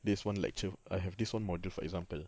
this one lecture I have this one module for example